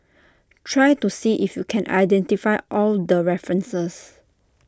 try to see if you can identify all the references